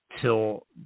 till